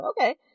okay